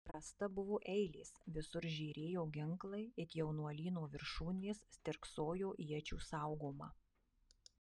brasta buvo eilės visur žėrėjo ginklai it jaunuolyno viršūnės stirksojo iečių saugoma